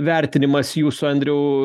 vertinimas jūsų andriau